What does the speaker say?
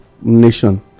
nation